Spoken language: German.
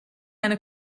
eine